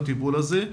בטיפול הזה.